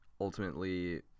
ultimately